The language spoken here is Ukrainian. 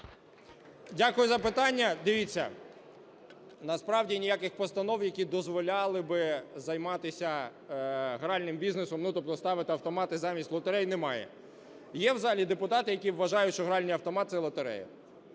Дякую за запитання. Дивіться, насправді ніяких постанов, які дозволяли б займатися гральним бізнесом, тобто ставити автомати замість лотерей, немає. Є в залі депутати, які вважають, що гральний автомат – це лотерея?